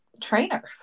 trainer